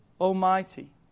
Almighty